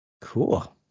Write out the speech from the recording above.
Cool